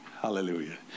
hallelujah